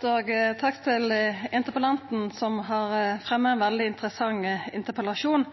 til interpellanten, som har fremja ein veldig interessant interpellasjon.